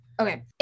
Okay